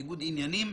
ההתנהלות.